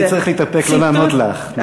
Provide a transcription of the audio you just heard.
אני צריך להתאפק לא לענות לך.